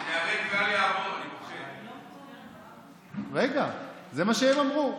זה ייהרג ובל יעבור, רגע, זה מה שהם אמרו.